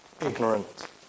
ignorant